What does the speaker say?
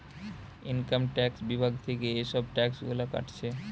income tax বিভাগ থিকে এসব ট্যাক্স গুলা কাটছে